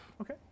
Okay